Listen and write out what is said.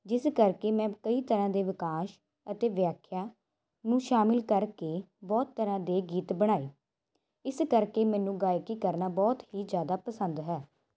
ਜਿਸ ਕਰਕੇ ਮੈਂ ਕਈ ਤਰ੍ਹਾਂ ਦੇ ਵਾਕਾਂਸ਼ ਅਤੇ ਵਿਆਖਿਆ ਨੂੰ ਸ਼ਾਮਿਲ ਕਰਕੇ ਬਹੁਤ ਤਰ੍ਹਾਂ ਦੇ ਗੀਤ ਬਣਾਏ ਇਸ ਕਰਕੇ ਮੈਨੂੰ ਗਾਇਕੀ ਕਰਨਾ ਬਹੁਤ ਹੀ ਜ਼ਿਆਦਾ ਪਸੰਦ ਹੈ